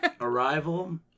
Arrival